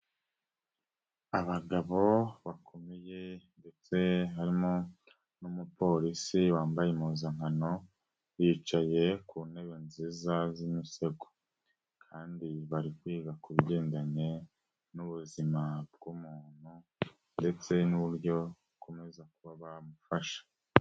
Abagabo bakomeye ndetse harimo n'umupolisi wambaye impuzankano bicaye ku ntebe nziza z'imisego kandi bari kwiga ku bigendanye n'ubuzima bw'umuntu ndetse n'uburyo bakomeza kuba bamufasha.